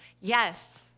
yes